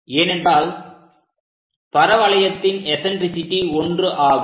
ஏனென்றால் பரவளையத்தின் எஸன்ட்ரிசிட்டி ஒன்று ஆகும்